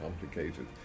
complicated